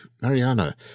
Mariana